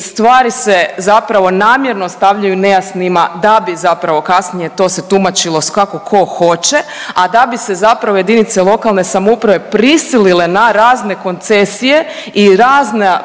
stvari se zapravo namjerno stavljaju nejasnima da bi zapravo kasnije to se tumačilo kako tko hoće, a da bi se zapravo jedinice lokalne samouprave prisilile na razne koncesije i razna